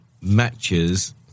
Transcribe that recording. matches